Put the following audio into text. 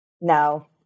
No